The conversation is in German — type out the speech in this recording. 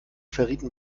verrieten